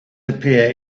appear